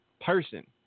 person